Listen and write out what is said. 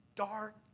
dark